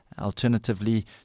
alternatively